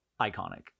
iconic